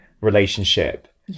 relationship